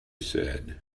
said